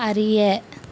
அறிய